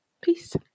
Peace